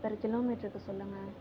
per கிலோமீட்டருக்கு சொல்லுங்கள்